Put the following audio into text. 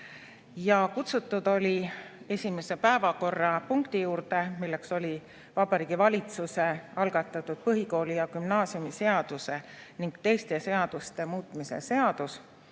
ja Heidy Purga. Esimese päevakorrapunkti juurde, mis oli Vabariigi Valitsuse algatatud põhikooli‑ ja gümnaasiumiseaduse ning teiste seaduste muutmise seaduse